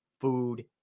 food